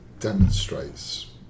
Demonstrates